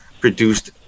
produced